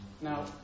now